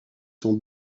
sont